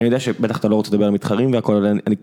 אני יודע שבטח אתה לא רוצה לדבר על המתחרים והכל עליהם, אני...